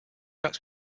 tracks